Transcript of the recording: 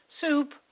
soup